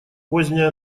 поздняя